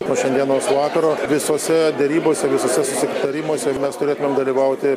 po šiandienos vakaro visose derybose visuose susitarimuose mes turėtumėm dalyvauti